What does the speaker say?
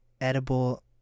edible